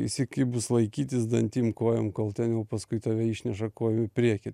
įsikibus laikytis dantim kojom kol ten jau paskui tave išneša kojų į priekį